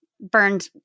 burned